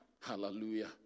Hallelujah